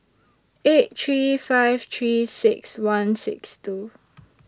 eight three five three six one six two